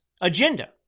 agenda